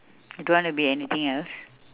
don't want to be anything else